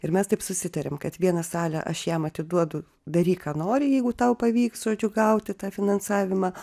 ir mes taip susitarėm kad vieną salę aš jam atiduodu daryk ką nori jeigu tau pavyks žodžiu gauti tą finansavimą